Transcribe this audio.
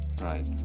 Right